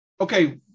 Okay